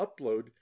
upload